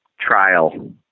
trial